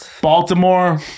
Baltimore